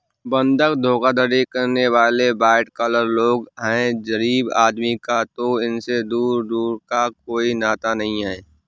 बंधक धोखाधड़ी करने वाले वाइट कॉलर लोग हैं गरीब आदमी का तो इनसे दूर दूर का कोई नाता नहीं है